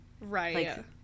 Right